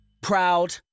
proud